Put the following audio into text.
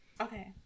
Okay